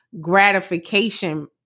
gratification